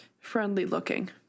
friendly-looking